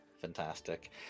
Fantastic